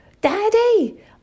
daddy